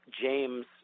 James